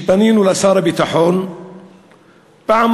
פנינו לשר הביטחון פעמיים,